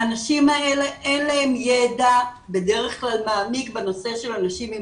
לאנשים האלה אין ידע בדרך כלל מעמיק בנושא של אנשים עם